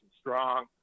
strong